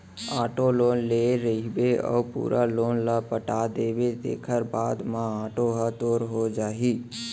auto loan ले रहिबे अउ पूरा लोन ल पटा देबे तेखर बाद म आटो ह तोर हो जाही